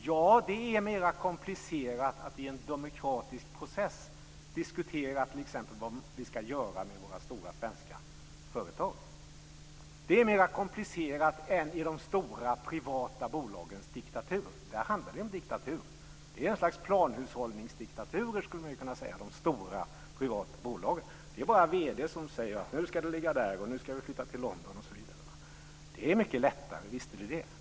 Ja, det är mer komplicerat att i en demokratisk process diskutera t.ex. vad vi ska göra med våra stora svenska företag. Det är mer komplicerat än i de stora privata bolagens diktaturer. Där handlar det om diktatur. De stora privata bolagen skulle man kunna säga är något slags planhushållningsdiktaturer. Det är bara vd som säger att nu ska företaget ligga där, nu ska vi flytta till London, osv. Det är mycket lättare, visst är det det.